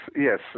yes